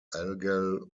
algal